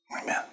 Amen